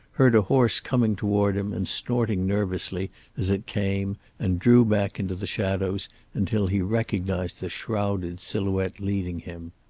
heard a horse coming toward him and snorting nervously as it came and drew back into the shadows until he recognized the shrouded silhouette leading him.